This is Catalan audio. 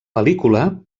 pel·lícula